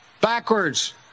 backwards